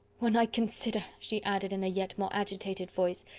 when i consider, she added in a yet more agitated voice,